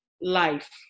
life